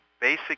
basic